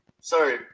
Sorry